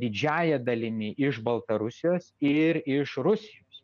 didžiąja dalimi iš baltarusijos ir iš rusijos